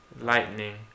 Lightning